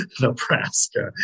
Nebraska